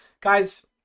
Guys